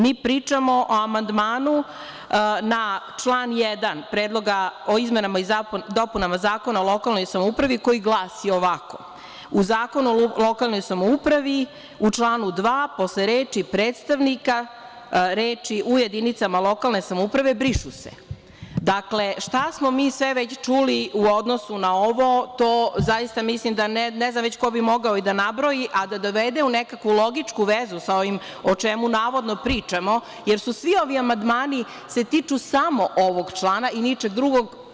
Mi pričamo o amandmanu na član 1. Predloga o izmenama i dopunama Zakona o lokalnoj samoupravi, koji glasi ovako: „U Zakonu o lokalnoj samoupravi, u članu 2, posle reči: „predstavnika“, reči: „u jedinicama lokalne samouprave“ brišu se.“ Dakle, šta smo mi sve već čuli u odnosu na ovo, to zaista mislim da ne znam već ko bi mogao i da nabroji, a da dovede u nekakvu logičku vezu sa ovim o čemu, navodno, pričamo, jer se svi ovi amandmani tiču samo ovog člana i ničeg drugog.